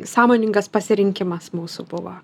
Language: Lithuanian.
sąmoningas pasirinkimas mūsų buvo